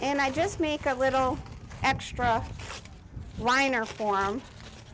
and i just make a little extra reiner for